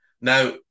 Now